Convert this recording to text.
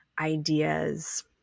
ideas